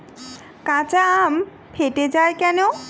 কাঁচা আম ফেটে য়ায় কেন?